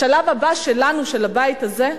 השלב הבא שלנו, של הבית הזה,